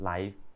Life